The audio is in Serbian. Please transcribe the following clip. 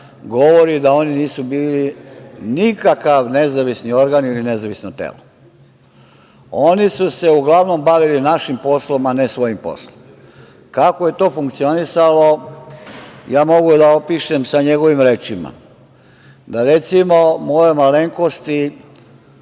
govori da oni nisu bili nikakav nezavistan organ ili nezavisno telo. Oni su se uglavnom bavili našim poslom, a ne svojim poslom. Kako je to funkcionisalo, ja mogu da opišem sa njegovim rečima. Recimo, mojoj malenkosti